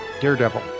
Daredevil